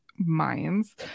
minds